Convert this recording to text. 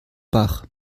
bach